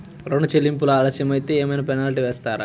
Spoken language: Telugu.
ఋణ చెల్లింపులు ఆలస్యం అయితే ఏమైన పెనాల్టీ వేస్తారా?